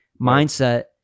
mindset